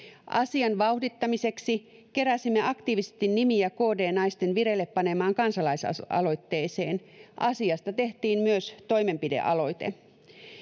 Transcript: asian vauhdittamiseksi keräsimme aktiivisesti nimiä kd naisten vireille panemaan kansalaisaloitteeseen asiasta tehtiin myös toimenpidealoite